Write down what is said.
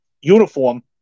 uniform